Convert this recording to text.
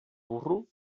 burro